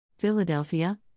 Philadelphia